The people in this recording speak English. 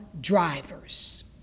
Drivers